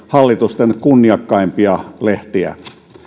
hallitusten kunniakkaimpia lehtiä